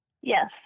Yes